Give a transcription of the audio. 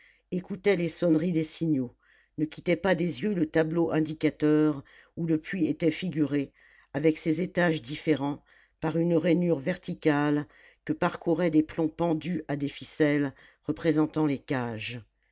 écoutait les sonneries des signaux ne quittait pas des yeux le tableau indicateur où le puits était figuré avec ses étages différents par une rainure verticale que parcouraient des plombs pendus à des ficelles représentant les cages